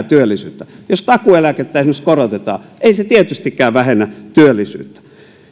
työllisyyttä jos esimerkiksi takuueläkettä korotetaan ei se tietystikään vähennä työllisyyttä